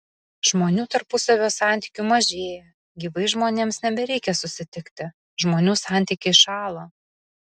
žmonių tarpusavio santykių mažėja gyvai žmonėms nebereikia susitikti žmonių santykiai šąla